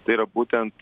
tai yra būtent